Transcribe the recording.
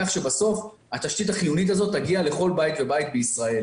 כך שבסוף התשתית החיונית תגיע לכל בית בישראל.